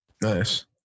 Nice